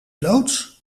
loods